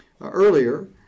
earlier